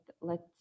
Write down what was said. lets